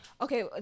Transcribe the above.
Okay